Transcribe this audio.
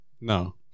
No